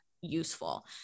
useful